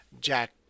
Jack